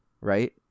right